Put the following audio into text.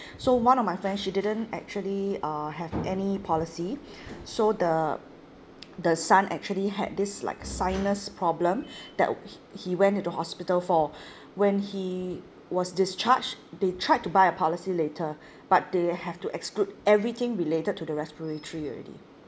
so one of my friends she didn't actually uh have any policy so the the son actually had this like sinus problem that h~ he went into hospital for when he was discharged they tried to buy a policy later but they have to exclude everything related to the respiratory already